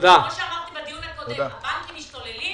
כמו שאמרתי בדיון הקודם, הבנקים משתוללים,